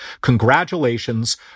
congratulations